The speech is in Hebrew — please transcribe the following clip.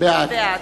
בעד בעד.